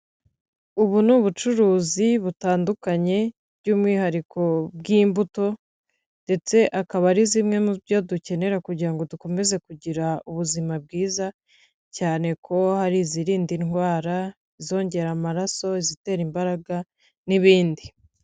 Ubu ni ubucuruzi butandukanye by'umwihariko bw'imbuto ndetse akaba ari zimwe mu byo dukenera kugira ngo dukomeze kugira ubuzima bwiza cyane ko hari izirinda indwara, izongera amaraso, izitera imbaraga n'ibindi.